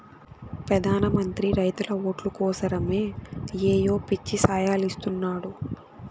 పెదాన మంత్రి రైతుల ఓట్లు కోసరమ్ ఏయో పిచ్చి సాయలిస్తున్నాడు